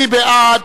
מי בעד?